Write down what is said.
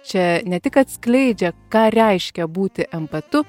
čia ne tik atskleidžia ką reiškia būti empatu